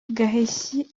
gaheshyi